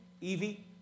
Evie